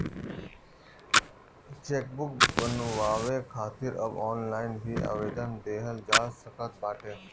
chequebook बनवावे खातिर अब ऑनलाइन भी आवेदन देहल जा सकत बाटे